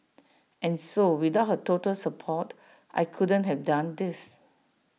and so without her total support I couldn't have done this